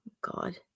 God